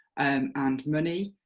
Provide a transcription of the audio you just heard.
um and money.